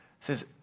says